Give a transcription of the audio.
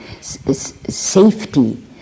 safety